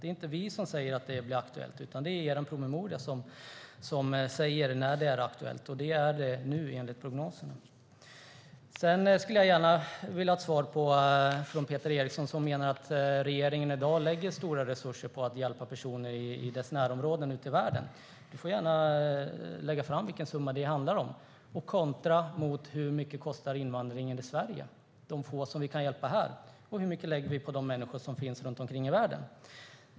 Det är alltså inte vi som säger att det är aktuellt, utan det är er promemoria som säger att det kan bli aktuellt när det är så. Och det är det nu enligt prognoserna. Peter Eriksson menar att regeringen lägger stora resurser på att hjälpa personer i deras närområden ute i världen. Du får gärna säga vilken summa det handlar om. Hur mycket kostar invandringen i Sverige, alltså de få vi kan hjälpa här, och hur mycket lägger vi på de människor som finns ute i världen?